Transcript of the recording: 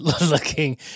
looking